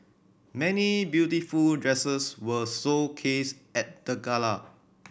many beautiful dresses were showcased at the gala